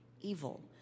evil